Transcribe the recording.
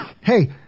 Hey